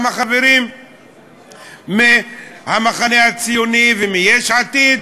גם חברים מהמחנה הציוני ומיש עתיד,